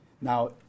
Now